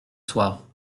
soir